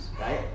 right